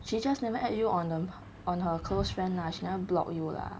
she just never add you on the on her close friend lah she never block you lah